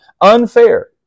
unfair